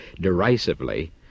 derisively